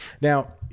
Now